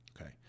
Okay